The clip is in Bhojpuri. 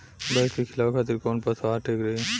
भैंस के खिलावे खातिर कोवन पशु आहार ठीक रही?